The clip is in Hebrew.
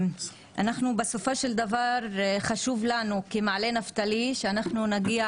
בסופו של דבר חשוב לנו כמעלה נפתלי שאנחנו נגיע